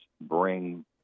bring